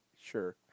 Sure